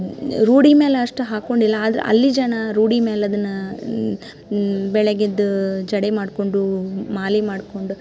ರೂಢಿ ಮೇಲೆ ಅಷ್ಟು ಹಾಕ್ಕೊಂಡಿಲ್ಲ ಆದ್ರೆ ಅಲ್ಲಿ ಜನ ರೂಢಿ ಮೇಲೆ ಅದನ್ನು ಬೆಳಗ್ಗೆದ್ದು ಜಡೆ ಮಾಡಿಕೊಂಡು ಮಾಲೆ ಮಾಡಿಕೊಂಡು